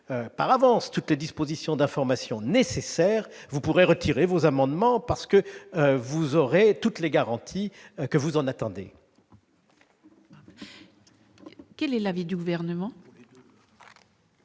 par avance toutes les dispositions d'information nécessaires, vous pourrez retirer vos amendements, parce que vous aurez toutes les garanties que vous en attendez. Quel est l'avis du Gouvernement ?